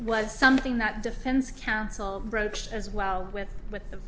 was something that defense council broached as well with with the